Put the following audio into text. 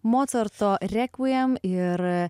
mocarto rekviem ir